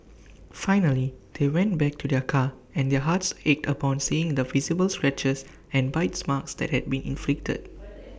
finally they went back to their car and their hearts ached upon seeing the visible scratches and bites marks that had been inflicted